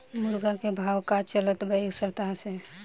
मुर्गा के भाव का चलत बा एक सप्ताह से?